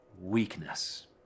weakness